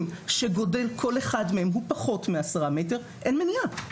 שגודל כל אחד מהם הוא פחות מ-10 מטרים אין מניעה.